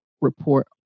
report